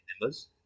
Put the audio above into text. members